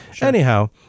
anyhow